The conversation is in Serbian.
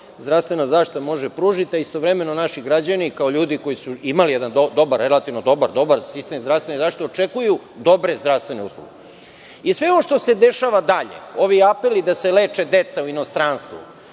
zdravstvena može pružiti, a istovremeno naši građani kao ljudi koji su imali jedan relativno dobar sistem zdravstvene zaštite, očekuju dobre zdravstvene usluge. Sve ovo što se dešava dalje, ovi apeli da se leče deca u inostranstvu,